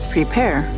Prepare